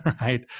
right